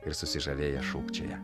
ir susižavėję šūkčioja